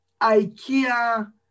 IKEA